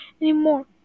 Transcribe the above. anymore